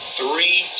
three